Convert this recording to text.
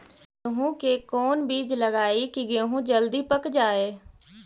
गेंहू के कोन बिज लगाई कि गेहूं जल्दी पक जाए?